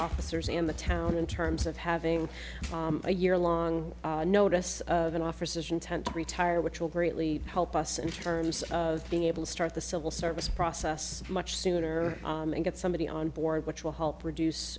officers and the town in terms of having a year long notice of an officer's intent to retire which will greatly help us in terms of being able to start the civil service process much sooner and get somebody on board which will help reduce